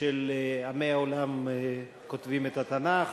של "עמי העולם כותבים את התנ"ך"